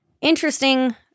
interesting